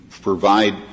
provide